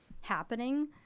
happening